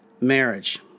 marriage